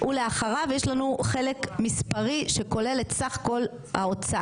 וחלק מהמסתייגים מבקשים לקבוע בו תוכנית חדשה